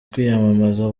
kwiyamamaza